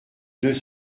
deux